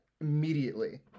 immediately